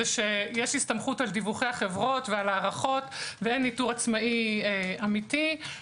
שיש הסתמכות על דיווחי החברות ועל החברות ואין ניטור עצמאי אמיתי.